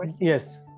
yes